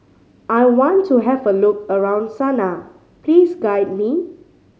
I want to have a look around Sanaa please guide me